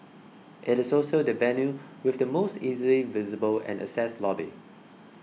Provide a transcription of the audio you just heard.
it is also the venue with the most easily visible and accessed lobby